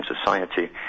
society